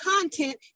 content